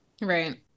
Right